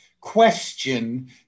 question